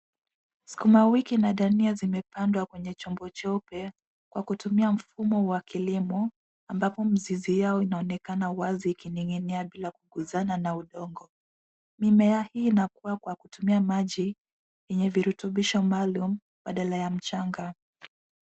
Sukuma wiki na dania zimepandwa kwenye chombo cheupe kwa kutumia mfumo wa kilimo ambapo mzizi yao inaonekana wazi ikining'inia bila kuuguzana na udongo. Mimea hii inakuwa kwa kutumia maji yenye virutubisho maalum badala ya mchanga.